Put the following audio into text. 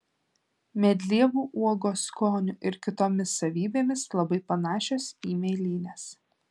medlievų uogos skoniu ir kitomis savybėmis labai panašios į mėlynes